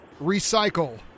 recycle